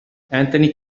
anthony